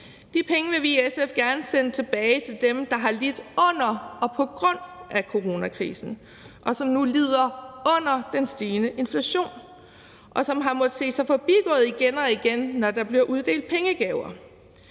De penge vil vi i SF gerne sende tilbage til dem, der har lidt under og på grund af coronakrisen, og som nu lider under den stigende inflation, og som har måttet se sig forbigået igen og igen, når der bliver uddelt pengegaver,